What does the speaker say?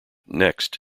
next